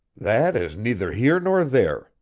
that is neither here nor there,